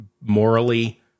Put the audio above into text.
morally